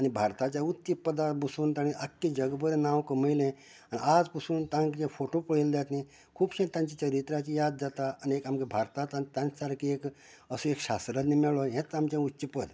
आनी भारताच्या उच्च पदार बसून ताणें आख्खें जगभर नांव कमयलां आज पसून तांकां जे फोटू पळयले जायत न्ही खुबशे तांची चरित्राची याद जाता आनी एक आमकां भारतांत तांच्या सारकी एक असो एक शास्त्रज्ञ मेळ्ळो हेंच आमचें उच्चपद